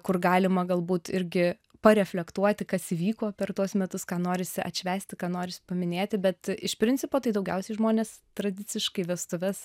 kur galima galbūt irgi pareflektuoti kas įvyko per tuos metus ką norisi atšvęsti ką norisi paminėti bet iš principo tai daugiausiai žmonės tradiciškai vestuves